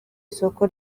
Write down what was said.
soko